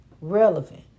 relevant